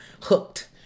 hooked